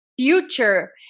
future